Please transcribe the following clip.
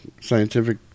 scientific